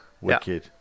wicked